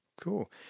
Cool